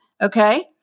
Okay